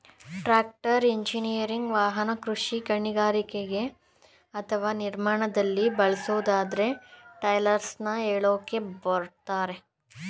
tractor engineering ವಾಹನ ಕೃಷಿ ಗಣಿಗಾರಿಕೆ ಅಥವಾ ನಿರ್ಮಾಣದಲ್ಲಿ ಬಳಸೊ ಟ್ರೈಲರ್ನ ಎಳ್ಯೋಕೆ ಬಳುಸ್ತರೆ